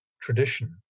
tradition